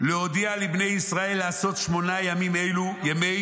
להודיע לבני ישראל לעשות שמונה ימים אלו ימי